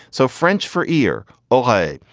so french for ear ohi,